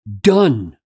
done